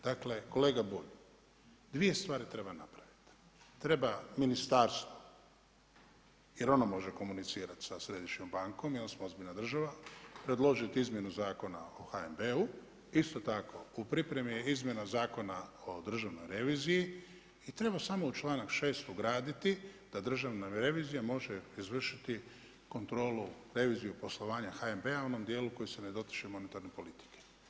Dakle kolega Bulj, dvije stvari treba napraviti, treba ministarstvo jer ono može komunicirati sa Središnjom bankom … ozbiljna država, predložiti izmjenu Zakona o HNB-u, isto tako u pripremi je izmjena Zakona o Državnoj reviziji i treba samo u članak 6. ugraditi da Državna revizija može izvršiti kontrolu reviziju poslovanja HNB-a u onom dijelu koji se ne dotiče monetarne politike.